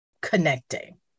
connecting